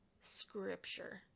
scripture